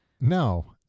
no